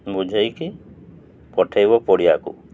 ବୁଝେଇକି ପଠେଇବ ପଡ଼ିଆକୁ